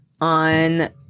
on